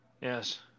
Yes